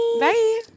Bye